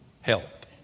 help